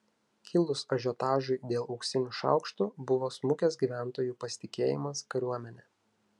kilus ažiotažui dėl auksinių šaukštų buvo smukęs gyventojų pasitikėjimas kariuomene